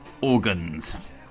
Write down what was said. organs